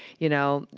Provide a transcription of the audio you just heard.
you know,